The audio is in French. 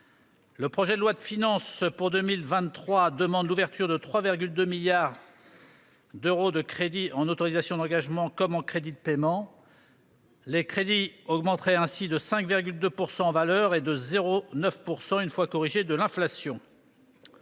Le projet de loi de finances pour 2023 prévoit l'ouverture de 3,2 milliards d'euros de crédits en autorisations d'engagement comme en crédits de paiement. Ainsi, les crédits augmenteraient de 5,2 % en valeur et de 0,9 %, une fois corrigés de l'inflation.